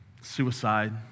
suicide